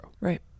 Right